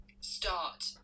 start